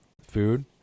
food